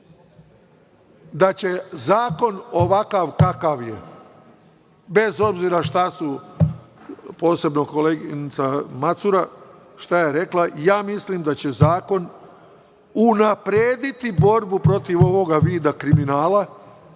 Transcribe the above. da će zakon ovakav kakav je, bez obzira šta su posebno koleginica Macura šta je rekla, mislim da će zakon unaprediti borbu protiv ovoga vida kriminala